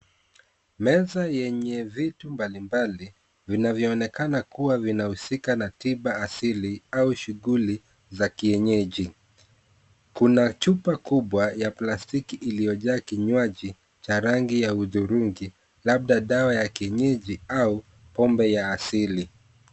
Meza yenye vitu mbalimbali vinavyoonekana kuwa vinahusika na tiba asili au shughuli za kienyeji. Kuna chupa kubwa ya plastiki iliyojaa kinywaji cha rangi ya hudhurungi labda dawa ya kienyeji au pombe ya asili.